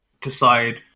decide